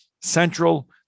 Central